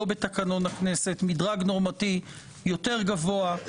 לא בתקנון הכנסת, מדרג נורמטיבי יותר גבוה.